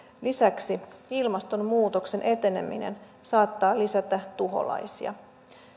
lisäksi ilmastonmuutoksen eteneminen saattaa lisätä tuholaisia